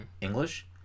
English